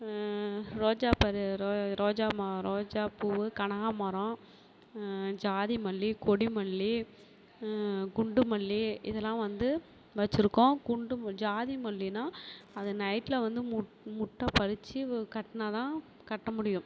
ரோஜா ப ரோ ரோஜா ம ரோஜா பூவு கனகா மரம் ஜாதிமல்லி கொடி மல்லி குண்டு மல்லி இதெல்லாம் வந்து வச்சுருக்கோம் குண்டு ம ஜாதி மல்லின்னா அதை நைட்டில் வந்து முட் முட்டா பறிச்சு கட்டுனா தான் கட்ட முடியும்